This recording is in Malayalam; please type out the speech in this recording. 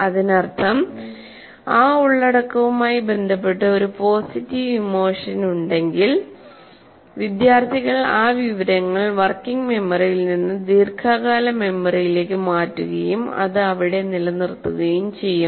അതിനർത്ഥം ആ ഉള്ളടക്കവുമായി ബന്ധപ്പെട്ട് ഒരു പോസിറ്റീവ് ഇമോഷൻ ഉണ്ടെങ്കിൽ വിദ്യാർത്ഥികൾ ആ വിവരങ്ങൾ വർക്കിംഗ് മെമ്മറിയിൽ നിന്ന് ദീർഘകാല മെമ്മറിയിലേക്ക് മാറ്റുകയും അത് അവിടെ നിലനിർത്തുകയും ചെയ്യും